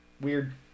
weird